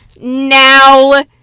Now